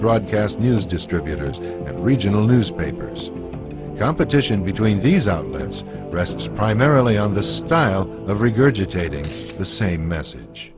broadcast news distributors and regional newspapers competition between these outlets rests primarily on the style of regurgitating the same message